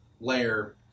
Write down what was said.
layer